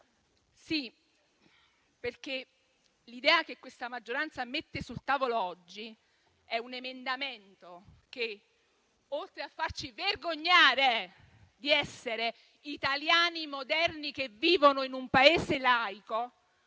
Sì, perché l'idea che questa maggioranza mette sul tavolo oggi è un emendamento che, oltre a farci vergognare di essere italiani moderni che vivono in un Paese laico,